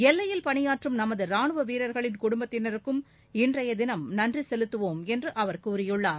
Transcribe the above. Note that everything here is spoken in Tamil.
எல்லையில் பணியாற்றும் நமது ரானுவ வீரா்களின் குடும்பத்தினருக்கும் இன்றைய தினம் நன்றி செலுத்துவோம் என்று அவர் கூறியுள்ளார்